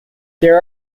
there